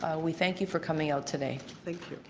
ah we thank you for coming out today. thank you.